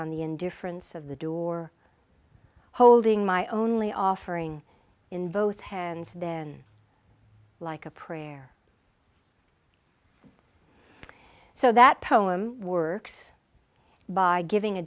on the indifference of the door holding my only offering in both hands then like a prayer so that poem words by giving a